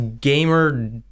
gamer